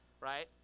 right